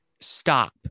Stop